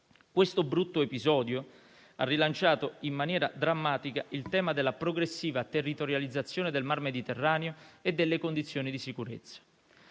Questo brutto episodio ha rilanciato in maniera drammatica il tema della progressiva territorializzazione del Mar Mediterraneo e delle condizioni di sicurezza.